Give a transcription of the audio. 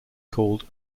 called